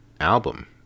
album